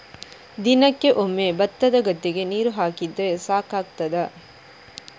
ದಿನಕ್ಕೆ ಒಮ್ಮೆ ಭತ್ತದ ಗದ್ದೆಗೆ ನೀರು ಹಾಕಿದ್ರೆ ಸಾಕಾಗ್ತದ?